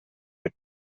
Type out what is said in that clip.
mit